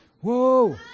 Whoa